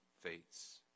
fates